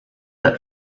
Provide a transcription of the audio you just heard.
that